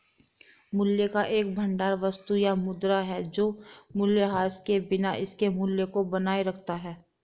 मूल्य का एक भंडार वस्तु या मुद्रा है जो मूल्यह्रास के बिना इसके मूल्य को बनाए रखता है